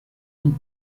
und